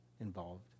involved